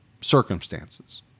circumstances